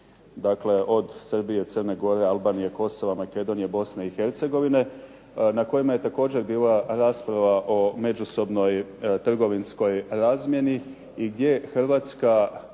dakle od Srbije, Crne Gore, Albanije, Kosova, Makedonije, Bosne i Hercegovine, na kojima je također bila rasprava o međusobnoj trgovinskoj razmjeni i gdje Hrvatska